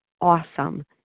Awesome